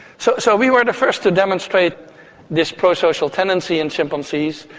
so so we were the first to demonstrate this pro-social tendency in chimpanzees.